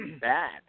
bad